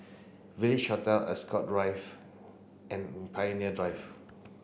Village Hotel Ascot and Pioneer Drive